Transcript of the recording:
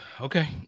Okay